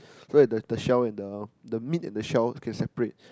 so that the shell and the the meat and the shell can separate